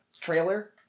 trailer